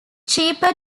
cheaper